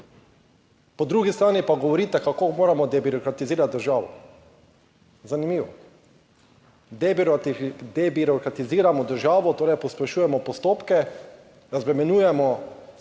Po drugi strani pa govorite, kako moramo debirokratizirati državo. Zanimivo. Debirokratiziramo državo, torej pospešujemo postopke, razbremenjujemo